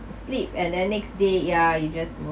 sleep and then next day yeah you just